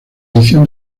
edición